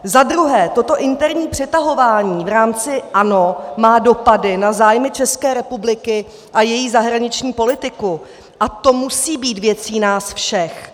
Za druhé, toto interní přetahování v rámci ANO má dopady na zájmy České republiky a její zahraniční politiku a to musí být věcí nás všech.